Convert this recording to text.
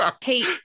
kate